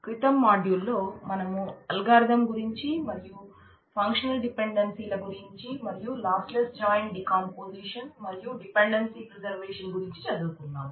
క్రితం మాడ్యూల్లో మనం అల్గారిథం గురించి చదువుకున్నాం